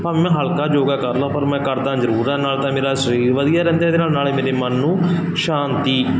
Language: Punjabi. ਭਾਵੇਂ ਮੈਂ ਹਲਕਾ ਯੋਗਾ ਕਰ ਲਵਾਂ ਪਰ ਮੈਂ ਕਰਦਾ ਜ਼ਰੂਰ ਨਾਲ ਤਾਂ ਮੇਰਾ ਸਰੀਰ ਵਧੀਆ ਰਹਿੰਦਾ ਇਹਦੇ ਨਾਲ ਨਾਲੇ ਮੇਰੇ ਮਨ ਨੂੰ ਸ਼ਾਂਤੀ